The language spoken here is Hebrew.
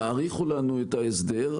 תאריכו לנו את ההסדר,